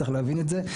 צריך להבין את זה.